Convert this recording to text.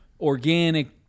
organic